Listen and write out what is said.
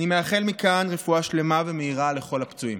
אני מאחל מכאן רפואה שלמה ומהירה לכל הפצועים.